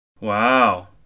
Wow